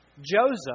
Joseph